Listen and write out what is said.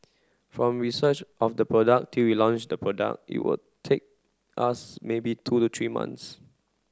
from research of the product till we launch the product it will take us maybe two to three months